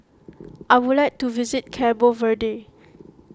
I would like to visit Cabo Verde